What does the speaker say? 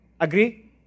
Agree